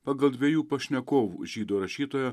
pagal dviejų pašnekovų žydų rašytojo